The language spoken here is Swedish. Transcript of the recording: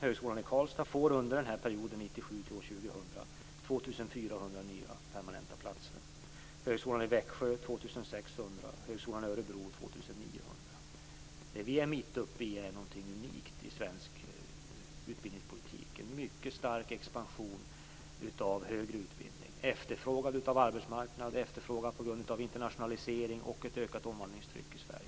Högskolan i Karlstad får under perioden 1997-2000 2 400 nya permanenta platser. Högskolan i Växjö får 2 600. Högskolan i Vi är mitt uppe i någonting unikt i svensk utbildningspolitik. Det är en mycket stark expansion av högre utbildning efterfrågad av arbetsmarknaden, efterfrågad på grund av internationalisering och efterfrågad på grund av ett ökat omvandlingstryck i Sverige.